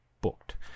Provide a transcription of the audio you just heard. booked